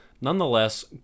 Nonetheless